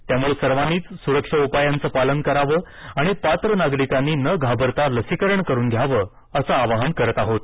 त्यामुळे सर्वांनीच सुरक्षा उपायांच पालन करावं आणि पात्र नागरिकांनी न घाबरता लसीकरण करुन घ्यावं असं आवाहन करत आहोत